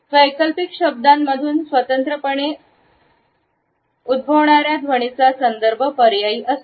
वैकल्पिक शब्दांमधून स्वतंत्रपणे उद्भवणा ध्वनीचा संदर्भ पर्यायी असतो